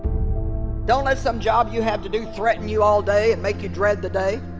don't let some job you have to do threaten you all day and make you dread the day